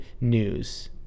news